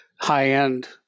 high-end